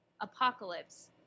Apocalypse